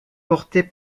portés